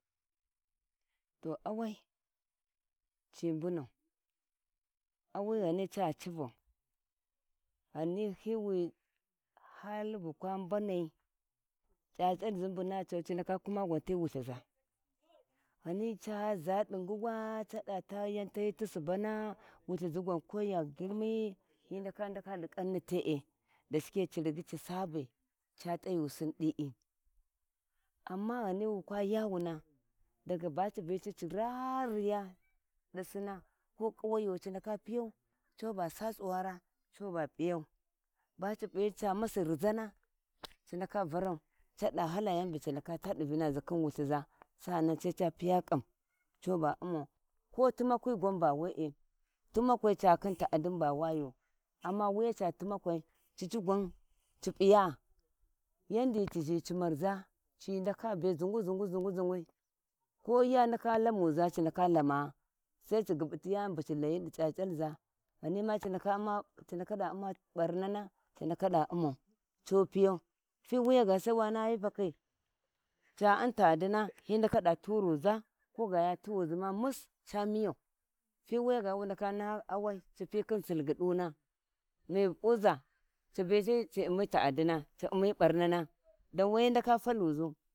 To auwai ci mbunau auwai ghani ca ciwau ghiwi ghiwi hali bakwa mbanai c'acalzi mbuna a to ci ndaka kuma gwan ti wulthiza ghani ca za duzuwa cada ta yau tayi ti subu wulthizi gwan ko ya girmi hi ndaka ndakau cadi kauni tee da shike ci rigi ci sabi ca t'ayusin dii, amma ghani wikwa yawuna ghani baci balha ci rariya disinna ko konayo ci ndaka piya cu sa tsuwara co ba p'iyan ca masi rizana ci ndaka varau cada hala yani bu ci ndaka taa di vinaza khin wulthiza sa ananca piya ƙan co ba umar ko timakwi gwan ba wee timagwi ca khin ta'adiu ba wayu, amma wu ca timakwi cicci gwan ci piya yaudi ci zhi cimarza ci ndaka be zungzungwi ko ya nda lamuza ci ndaka lamaa sai ci ghubuti yani bu cilayi dic'acalza ghanima ci ndaka uma ci ndaka um barnana ci ndaka da umau co piyau gwiga ga sai wan aha hi fakhi, ca un ya'adina hi ndaka da turuza koga ya tughuzi ma mu co miyau ti wuya ga dawa naha auwa ci pi khin silghiduna to ci umi ya`a dina ci umi barna`na don hi ndaka taluzu.